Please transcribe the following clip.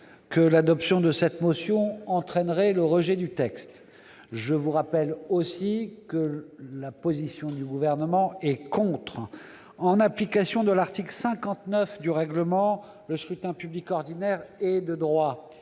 que l'adoption de cette motion entraînerait le rejet du projet de loi. Je rappelle également que l'avis du Gouvernement est défavorable. En application de l'article 59 du règlement, le scrutin public ordinaire est de droit.